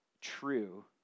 true